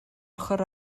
ochr